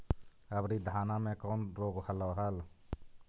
अबरि धाना मे कौन रोग हलो हल?